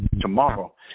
tomorrow